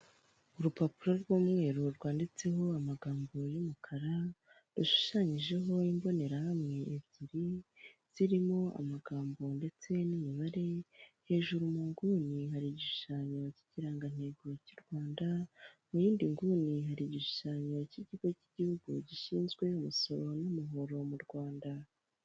Urupapuro rw'umweru rwanditseho amagambo y'umukara, rushushanyijeho imbonerahamwe ebyiri zirimo amagambo ndetse n'imibare, hejuru mu nguni hari igishushanyo cy'ikiranego cy'u Rwanda, mu yindi nguni hari igishushanyo cy'ikigo cy'igihugu gishinzwe umusoruro n'amahoro mu Rwanda.